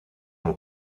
dans